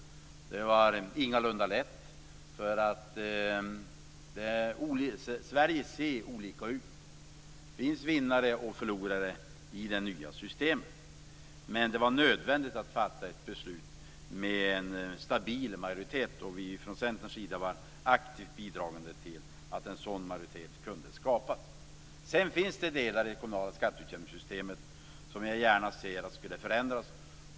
Det var ingalunda lätt. Sverige ser olika ut. Det finns vinnare och förlorare i det nya systemet. Men det var nödvändigt att fatta ett beslut med en stabil majoritet. Vi från Centerns sida var aktivt bidragande till att en sådan majoritet kunde skapas. Det finns delar i det kommunala skatteutjämningssystemet som jag gärna skulle se förändras.